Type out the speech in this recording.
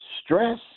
stress